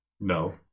No